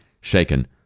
shaken